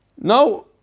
No